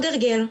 עוד הרגל.